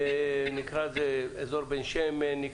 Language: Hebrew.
באזור בן שמן,